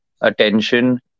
attention